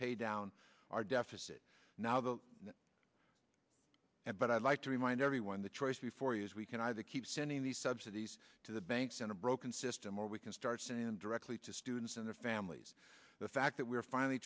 pay down our deficit now the end but i'd like to remind everyone the choice before us we can either keep sending these subsidies to the banks in a broken system or we can start saying directly to students and their families the fact that we're finally